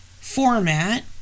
format